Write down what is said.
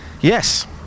Yes